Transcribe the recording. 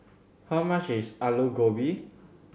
how much is Alu Gobi